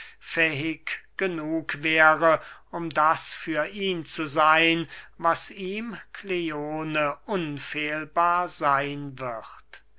fähig genug wäre um das für ihn zu seyn was ihm kleone unfehlbar seyn wird